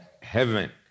heaven